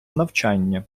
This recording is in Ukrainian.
навчання